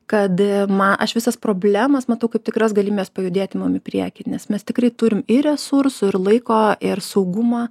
kad ma aš visas problemas matau kaip tikras galimybes pajudėti mum į priekį nes mes tikrai turim ir resursų ir laiko ir saugumą